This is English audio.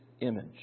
image